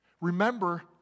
Remember